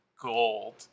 gold